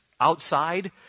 outside